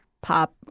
pop